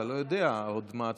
אתה לא יודע עוד מה הצבעתי.